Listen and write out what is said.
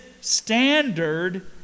standard